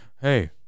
hey